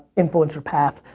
influencer path.